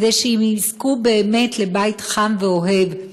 כדי שהם יזכו באמת לבית חם ואוהב,